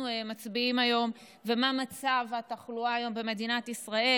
מצביעים היום ומה מצב התחלואה היום במדינת ישראל: